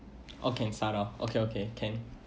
okay start off okay okay can